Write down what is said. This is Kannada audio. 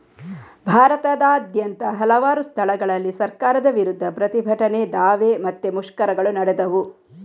ಭಾರತದಾದ್ಯಂತ ಹಲವಾರು ಸ್ಥಳಗಳಲ್ಲಿ ಸರ್ಕಾರದ ವಿರುದ್ಧ ಪ್ರತಿಭಟನೆ, ದಾವೆ ಮತ್ತೆ ಮುಷ್ಕರಗಳು ನಡೆದವು